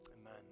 amen